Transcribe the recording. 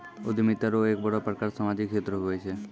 उद्यमिता रो एक बड़ो प्रकार सामाजिक क्षेत्र हुये छै